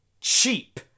cheap